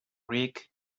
rick